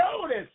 notice